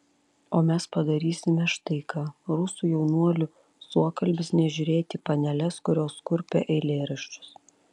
o mes padarysime štai ką rusų jaunuolių suokalbis nežiūrėti į paneles kurios kurpia eilėraščius